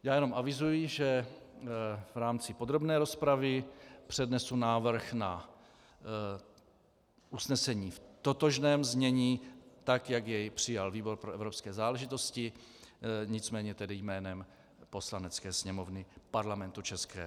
Já jenom avizuji, že v rámci podrobné rozpravy přednesu návrh na usnesení v totožném znění tak, jak jej přijal výbor pro evropské záležitosti, nicméně tedy jménem Poslanecké sněmovny Parlamentu ČR.